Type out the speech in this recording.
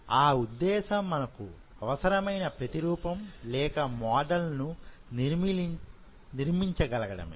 ఆ ఉద్దేశం మనకు అవసరమైన ప్రతి రూపం లేక మోడల్ ను నిర్మించగలగడమే